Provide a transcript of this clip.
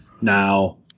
Now